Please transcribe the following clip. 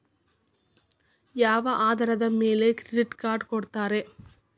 ಯಾವ ಆಧಾರದ ಮ್ಯಾಲೆ ಕ್ರೆಡಿಟ್ ಕಾರ್ಡ್ ಕೊಡ್ತಾರ?